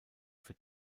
für